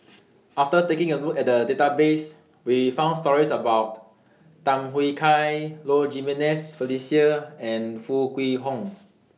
after taking A Look At The Database We found stories about Tham Yui Kai Low Jimenez Felicia and Foo Kwee Horng